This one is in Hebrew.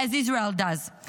as Israel does.